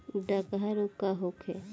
डकहा रोग का होखे?